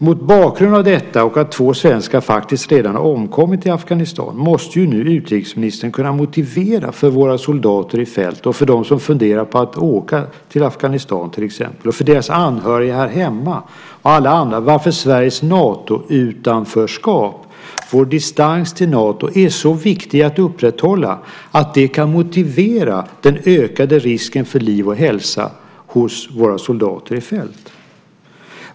Mot bakgrund av detta, och det faktum att två svenskar redan omkommit i Afghanistan, måste utrikesministern nu kunna motivera för våra soldater i fält, och för dem som funderar på att åka till exempelvis Afghanistan samt för deras anhöriga här hemma och alla andra, varför Sveriges Natoutanförskap, vår distans till Nato, är så viktig att upprätthålla att det kan motivera den ökade risken för liv och hälsa hos våra soldater i fält.